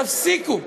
תפסיקו,